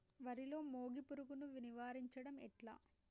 వరిలో మోగి పురుగును నివారించడం ఎట్లా?